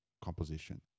composition